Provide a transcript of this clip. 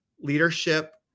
leadership